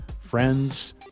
friends